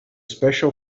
special